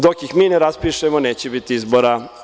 Dok ih mi ne raspišemo neće biti izbora.